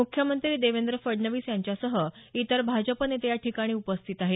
मुख्यमंत्री देवेंद्र फडणवीस यांच्यासह इतर भाजप नेते याठिकाणी उपस्थित आहेत